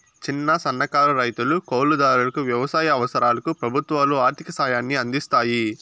చిన్న, సన్నకారు రైతులు, కౌలు దారులకు వ్యవసాయ అవసరాలకు ప్రభుత్వాలు ఆర్ధిక సాయాన్ని అందిస్తాయి